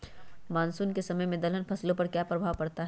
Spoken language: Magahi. मानसून के समय में दलहन फसलो पर क्या प्रभाव पड़ता हैँ?